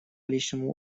личному